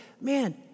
man